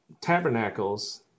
tabernacles